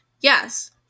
Yes